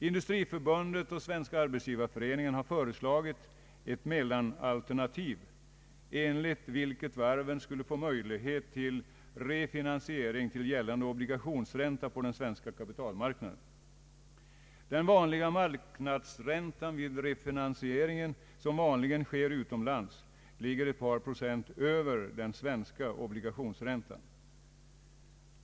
Industriförbundet och Svenska arbetsgivareföreningen har föreslagit ett mellanalternativ, enligt vilket varven skulle få möjlighet till refinansiering till gällande obligationsränta på den svenska kapitalmarknaden. Den vanliga marknadsräntan vid refinansieringen, som vanligen sker utomlands, ligger ett par procent över den svenska obligationsräntan.